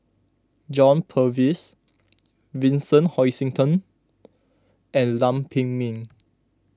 John Purvis Vincent Hoisington and Lam Pin Min